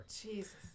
Jesus